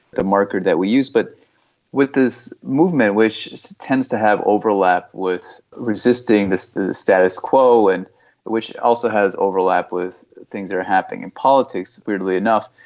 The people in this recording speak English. the marker that we use. but with this movement which so tends to have overlap with resisting the status quo and which also has overlap with things that are happening in politics, weirdly enough,